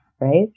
right